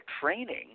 training